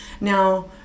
Now